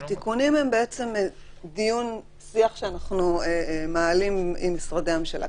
התיקונים הם בעצם שיח שאנחנו מעלים עם משרדי הממשלה.